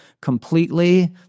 completely